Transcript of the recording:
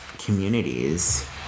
communities